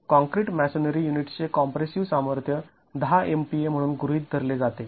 concrete masonry units चे compressive सामर्थ्य १० MPa म्हणून गृहीत धरले जाते